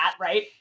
Right